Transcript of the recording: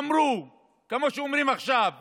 אמרו, כמו שאומרים עכשיו.